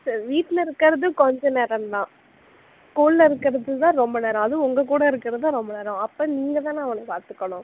sir வீட்டில் இருக்கிறது கொஞ்சம் நேரம் தான் ஸ்கூலில் இருக்கிறது தான் ரொம்ப நேரம் அதுவும் உங்க கூட இருக்கிறது தான் ரொம்ப நேரம் அப்போ நீங்கள் தான் அவனை பார்த்துக்கணும்